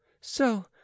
So